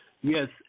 Yes